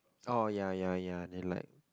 oh ya ya ya they like